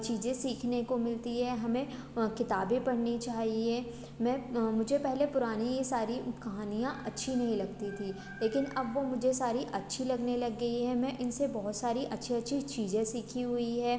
चीज़ें सीखने को मिलती है हमें किताबें पढ़नी चाहिए मैं मुझे पुरानी सारी कहानियाँ अच्छी नहीं लगती थीं लेकिन अब वो मुझे सारी अच्छी लगने लग गईं हैं मैं इनसे बहुत सारी अच्छी अच्छी चीज़ें सीखी हुई हैं